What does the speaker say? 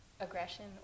aggression